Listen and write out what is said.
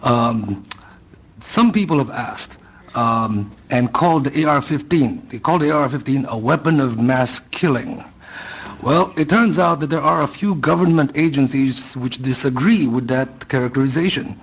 now some people have asked and called in our fifteenth to call the ar fifteen a weapon of mass killing well it turns out that there are a few government agencies which disagree with that characterization